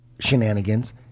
shenanigans